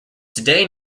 today